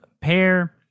pair